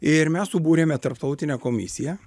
ir mes subūrėme tarptautinę komisiją